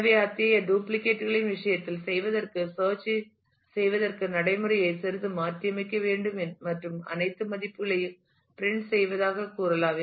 எனவே அத்தகைய டூப்ளிகேட் duplicateகளின் விஷயத்தில் செய்வதற்கு சேர்ச் ஐ செய்வதற்கான நடைமுறையை சிறிது மாற்றியமைக்க வேண்டும் மற்றும் அனைத்து மதிப்புகளையும் பிரின்ட் செய்வதாக கூறலாம்